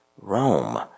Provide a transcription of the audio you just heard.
Rome